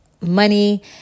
money